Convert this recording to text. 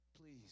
Please